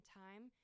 time